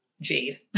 Jade